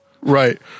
Right